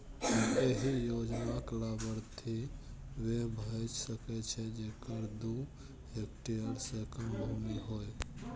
एहि योजनाक लाभार्थी वैह भए सकै छै, जेकरा दू हेक्टेयर सं कम भूमि होय